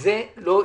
זה לא ימשך.